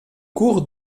cours